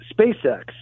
SpaceX